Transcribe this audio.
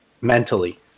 mentally